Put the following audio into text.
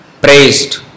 praised